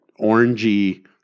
orangey